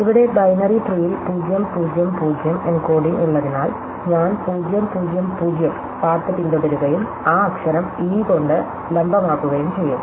ഇവിടെ ബൈനറി ട്രീയിൽ 0 0 0 എൻകോഡിംഗ് ഉള്ളതിനാൽ ഞാൻ 0 0 0 പാത്ത് പിന്തുടരുകയും ആ അക്ഷരം e കൊണ്ട് ലംബമാക്കുകയും ചെയ്യും